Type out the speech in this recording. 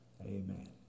Amen